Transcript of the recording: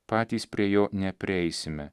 patys prie jo neprieisime